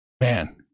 Man